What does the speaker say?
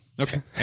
Okay